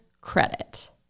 credit